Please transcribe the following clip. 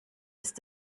ist